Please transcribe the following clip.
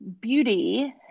beauty